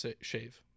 shave